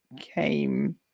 came